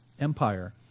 Empire